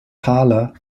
taler